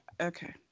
Okay